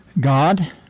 God